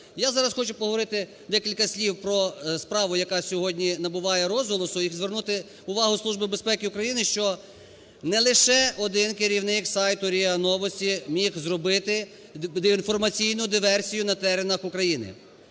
Я зараз хочу поговорити декілька слів про справу, яка сьогодні набуває розголосу і звернути увагу Служби безпеки України, що не лише один керівник сайту РІА "Новости" міг зробити інформаційну диверсію на теренах України.